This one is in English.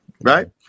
right